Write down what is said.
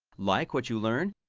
like what you learn?